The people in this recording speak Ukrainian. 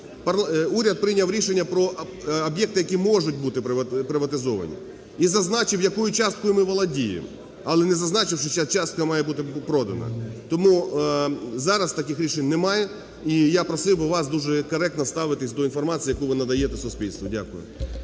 Уряд прийняв рішення про об'єкти, які можуть бути приватизовані, і зазначив, якою часткою ми володіємо, але не зазначив, що ця частка має бути продана. Тому зараз таких рішень немає, і я просив би вас дуже коректно ставитись до інформації, яку ви надаєте суспільству. Дякую.